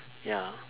ya